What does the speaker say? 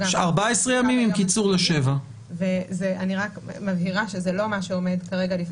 אני רק מבהירה שזה לא מה שעומד כרגע.